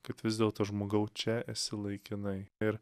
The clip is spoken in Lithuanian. kad vis dėlto žmogau čia esi laikinai ir